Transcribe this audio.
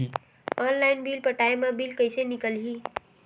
Online bill पटाय मा bill कइसे निकलही?